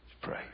pray